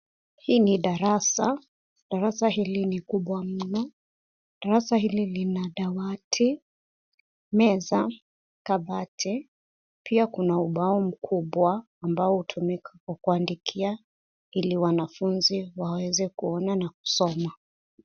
Hii ni darasa. Darasa hili ni kubwa mno. Darasa hili lina dawati, meza, kabati pia kuna ubao mkubwa amba hutumika kuandikia ili wanafunzi waweze kuona na kusoma.